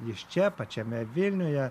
jis čia pačiame vilniuje